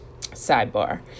Sidebar